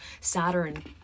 Saturn